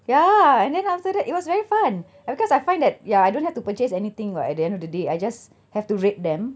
ya and then after that it was very fun because I find that ya I don't have to purchase anything [what] at the end of the day I just have to rate them